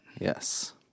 Yes